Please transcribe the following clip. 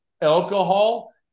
alcohol